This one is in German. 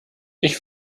ich